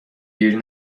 گیر